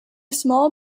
small